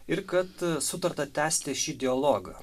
ir kad sutarta tęsti šį dialogą